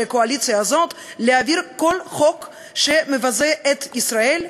הקואליציה הזאת להעביר כל חוק שמבזה את ישראל,